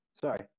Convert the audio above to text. Sorry